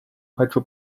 хочу